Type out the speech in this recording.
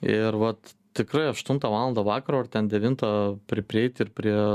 ir vat tikrai aštuntą valandą vakaro ar ten devintą pri prieit ir prie